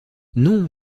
non